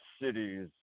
cities